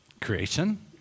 creation